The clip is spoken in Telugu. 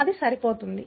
అది సరిపోతుంది